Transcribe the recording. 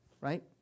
right